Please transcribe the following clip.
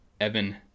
Evan